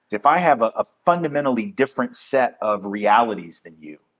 if i have a ah fundamentally different set of realities than you,